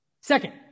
Second